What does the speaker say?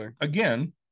again